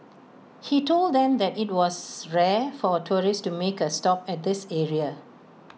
he told them that IT was rare for tourists to make A stop at this area